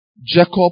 Jacob